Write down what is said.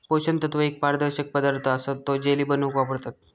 पोषण तत्व एक पारदर्शक पदार्थ असा तो जेली बनवूक वापरतत